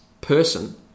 person